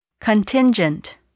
Contingent